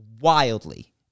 wildly